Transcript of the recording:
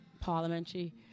parliamentary